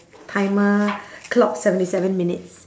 timer clock seventy seven minutes